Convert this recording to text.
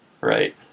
right